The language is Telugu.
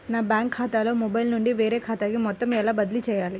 నా బ్యాంక్ ఖాతాలో మొబైల్ నుండి వేరే ఖాతాకి మొత్తం ఎలా బదిలీ చేయాలి?